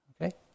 Okay